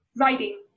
writing